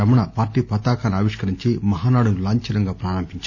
Ramana party పతకాన్ని ఆవిష్కరించి మహానాడును లాంఛనంగా పారంభించారు